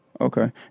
Okay